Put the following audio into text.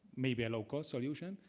maybe a low cost solution.